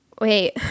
wait